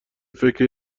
فکر